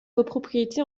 copropriété